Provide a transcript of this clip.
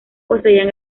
poseían